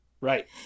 right